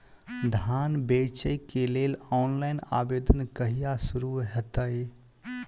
धान बेचै केँ लेल ऑनलाइन आवेदन कहिया शुरू हेतइ?